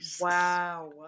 Wow